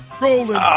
Rolling